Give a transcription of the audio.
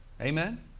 Amen